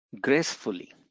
gracefully